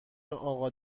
اقا